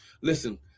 Listen